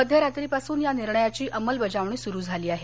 मध्यरात्रीपासून या निर्णयाची अंमलबजावणी सुरू झाली आहे